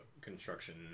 construction